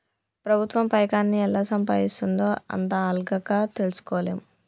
ప్రభుత్వం పైకాన్ని ఎలా సంపాయిస్తుందో అంత అల్కగ తెల్సుకోలేం